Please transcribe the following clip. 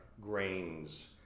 grains